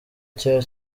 cya